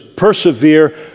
persevere